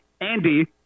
Andy